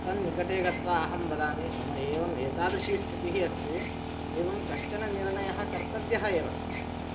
तन्निकटे गत्वा अहं वदामि मम एवम् एतादृशी स्थितिः अस्ति एवं कश्चन निर्णयः कर्तव्यः एव